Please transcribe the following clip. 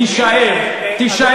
תישאר.